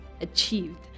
achieved